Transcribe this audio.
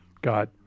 got